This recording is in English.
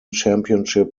championship